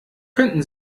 könnten